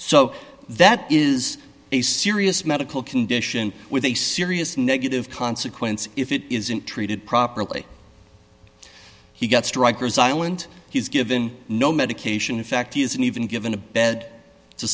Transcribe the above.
so that is a serious medical condition with a serious negative consequence if it isn't treated properly he got striker's silent he's given no medication in fact he isn't even given a bed to